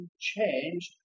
changed